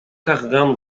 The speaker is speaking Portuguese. carregando